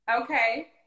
Okay